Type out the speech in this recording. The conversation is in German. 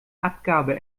abgabe